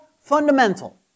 fundamental